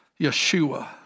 Yeshua